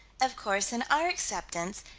of course, in our acceptance,